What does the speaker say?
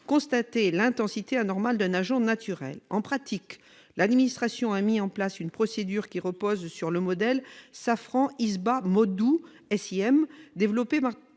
constater l'intensité anormale d'un agent naturel. En pratique, l'administration a mis en place une procédure qui repose sur le modèle « SIM »- Safran-Isba-Modcou - développé par